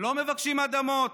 הם לא מבקשים אדמות,